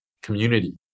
community